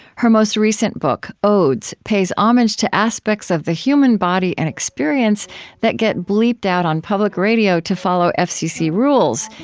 her most recent book, odes, pays homage to aspects of the human body and experience that get bleeped out on public radio to follow fcc rules,